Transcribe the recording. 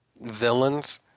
villains